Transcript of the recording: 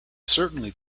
certainly